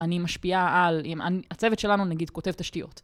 אני משפיעה על, הצוות שלנו נגיד כותב תשתיות.